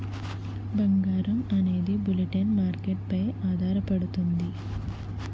బంగారం అనేది bulletin market పై ఆధారపడుతుంది